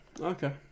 Okay